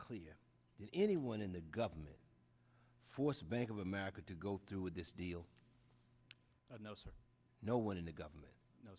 clear anyone in the government force bank of america to go through with this deal no sir no one in the government